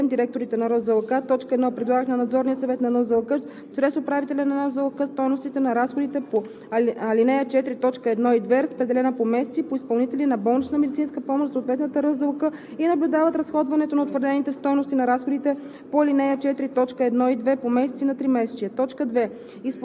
(5) В рамките на стойностите по чл. 1, ал. 2, ред 1.1.3.7. директорите на РЗОК: 1. предлагат на Надзорния съвет на НЗОК чрез управителя на НЗОК стойностите на разходите по ал. 4, т. 1 и 2, разпределени по месеци и по изпълнители на болнична медицинска помощ за съответната РЗОК, и наблюдават разходването на утвърдените стойности на разходите